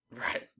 Right